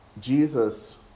Jesus